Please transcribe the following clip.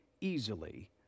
easily